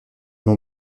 long